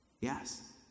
Yes